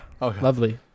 lovely